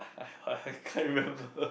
I I can't remember